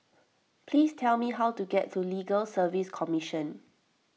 please tell me how to get to Legal Service Commission